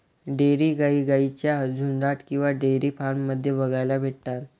dairy गाई गाईंच्या झुन्डात किंवा डेयरी फार्म मध्ये बघायला भेटतात